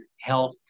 health